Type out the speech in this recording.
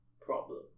problem